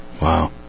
Wow